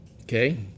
Okay